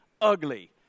ugly